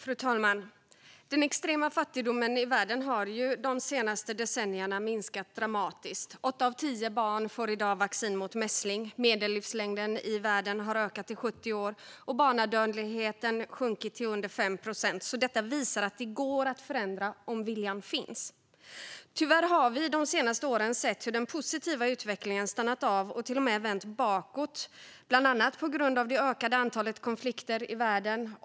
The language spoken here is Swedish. Fru talman! Den extrema fattigdomen i världen har de senaste decennierna minskat dramatiskt. Åtta av tio barn får i dag vaccin mot mässling. Medellivslängden i världen har ökat till 70 år, och barnadödligheten har sjunkit till under 5 procent. Detta visar att det går att förändra om viljan finns. Tyvärr har vi de senaste åren sett att den positiva utvecklingen har stannat av och till och med vänt bakåt, bland annat på grund av det ökande antalet konflikter i världen.